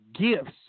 gifts